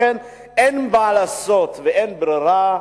לכן אין מה לעשות ואין ברירה,